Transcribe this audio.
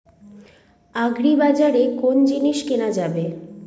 আগ্রিবাজারে কোন জিনিস কেনা যাবে?